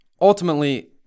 Ultimately